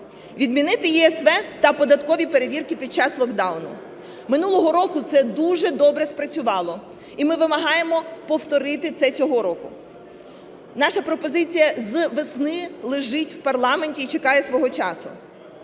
Відмінити ЄСВ та податкові перевірки під час локдауну. Минулого року це дуже добре спрацювало, і ми вимагаємо повторити це цього року. Наша пропозиція з весни лежить в парламенті і чекає свого часу.